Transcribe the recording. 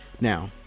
Now